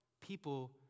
people